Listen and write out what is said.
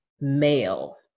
male